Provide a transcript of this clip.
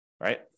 right